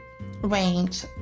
range